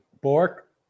Bork